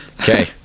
Okay